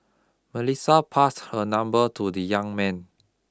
Melissa passed her number to the young man